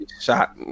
shot